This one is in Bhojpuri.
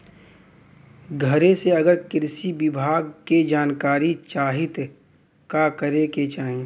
घरे से अगर कृषि विभाग के जानकारी चाहीत का करे के चाही?